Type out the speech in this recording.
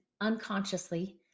unconsciously